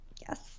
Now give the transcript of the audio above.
Yes